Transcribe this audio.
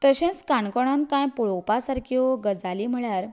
तशेंच काणकोणांत कांय पळोवपा सारक्यो गजाली म्हळ्यार